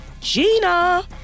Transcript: Gina